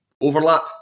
overlap